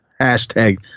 hashtag